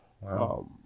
Wow